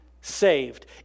saved